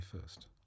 first